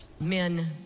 Men